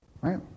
right